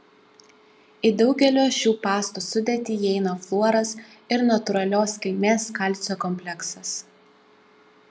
į daugelio šių pastų sudėtį įeina fluoras ir natūralios kilmės kalcio kompleksas